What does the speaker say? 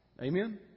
Amen